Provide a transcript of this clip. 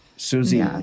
Susie